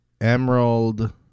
Emerald